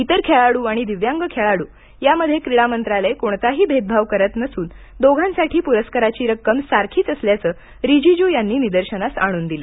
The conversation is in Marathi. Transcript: इतर खेळाडू आणि दिव्यांग खेळाडू यामध्ये क्रीडा मंत्रालय कोणताही भेदभाव करत नसून दोघांसाठी पुरस्काराची रक्कम सारखीच असल्याचं रीजिजू यांनी निदर्शनास आणून दिलं